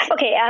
Okay